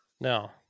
no